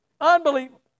Unbelievable